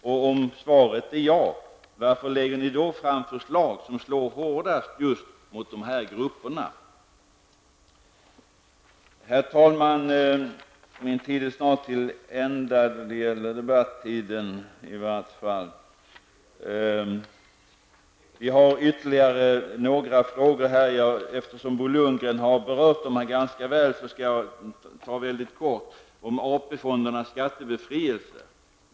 Om svaret är ja, varför lägger ni då fram förslag som slår hårdast mot just dessa grupper? Herr talman! Min tid är snart till ända, när det gäller debattiden i vart fall. Vi har ytterligare några frågor, men eftersom Bo Lundgren har berört dem ganska väl skall jag ta upp dem mycket kortfattat. Det gäller AP-fondernas skattebefrielse.